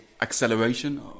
acceleration